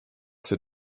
c’est